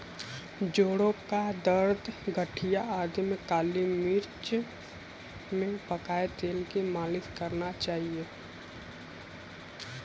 जोड़ों का दर्द, गठिया आदि में काली मिर्च में पकाए तेल की मालिश करना चाहिए